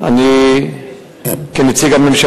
אני לא תומך